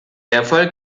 erfolg